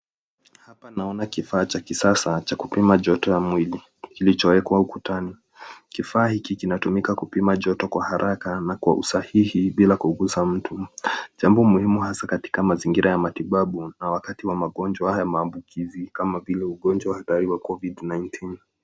Hapa naona kifaa cha kisasa cha kupima joto ya mwili, kilichowekwa ukutani. Kifaa hiki kinatumika kupima joto kwa haraka ama kwa usahihi, bila kuguza mtu. Jambo muhimu hasa katika mazingira ya matibabu, na wakati wa magonjwa ya maambukizi, kama vile, ugonjwa hatari wa covid-19 .